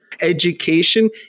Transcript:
education